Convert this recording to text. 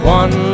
one